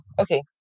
Okay